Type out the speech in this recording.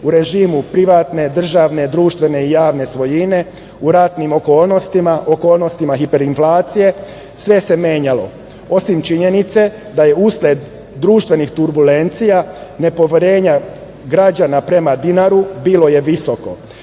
u režimu privatne, državne, društvene i javne svojine, u ratnim okolnostima, okolnostima hiperinflacije, sve se menjalo, osim činjenice da je usled društvenih turbulencija, nepoverenja građana prema dinaru bilo je visoko,